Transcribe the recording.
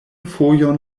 fojon